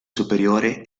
superiore